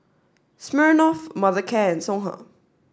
Smirnoff Mothercare and Songhe